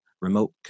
remote